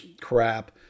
crap